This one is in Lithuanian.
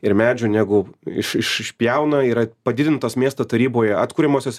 ir medžių negu iš iš išpjauna yra padidintos miesto taryboj atkuriamosios